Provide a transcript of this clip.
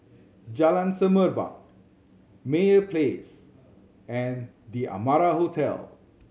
Jalan Semerbak Meyer Place and The Amara Hotel